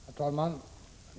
Herr talman!